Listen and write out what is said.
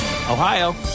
Ohio